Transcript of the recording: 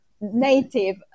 native